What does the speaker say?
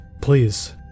please